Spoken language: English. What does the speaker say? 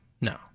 No